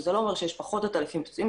שזה לא אומר שיש פחות עטלפים פצועים,